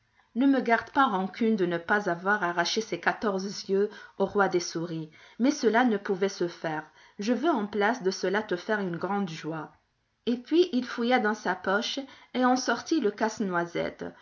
ne me garde pas rancune de ne pas avoir arraché ses quatorze yeux au roi des souris mais cela ne pouvait se faire je veux en place de cela te faire une grande joie et puis il fouilla dans sa poche et en sortit le casse-noisette